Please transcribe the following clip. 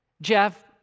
Jeff